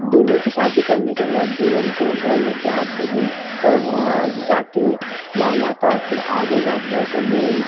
दूल्हे की शादी करने के बाद दूल्हन को घर लेकर आते हैं तब वहाँ जाकर माँ माता के आगे जाकर उन्हें